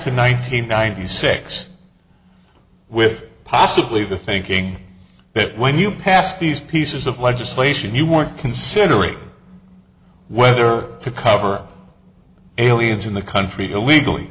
hundred ninety six with possibly the thinking that when you pass these pieces of legislation you want considering whether to cover aliens in the country illegally